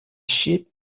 sheep